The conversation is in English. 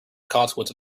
consequence